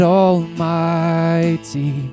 almighty